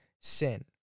sin